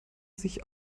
sich